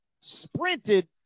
sprinted